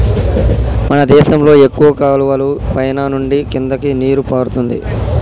మన దేశంలో ఎక్కువ కాలువలు పైన నుండి కిందకి నీరు పారుతుంది